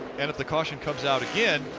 and if the caution comes out again,